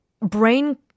brain